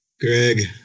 Greg